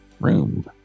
room